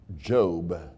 Job